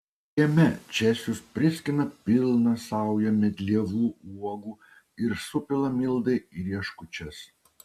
kieme česius priskina pilną saują medlievų uogų ir supila mildai į rieškučias